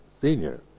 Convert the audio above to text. senior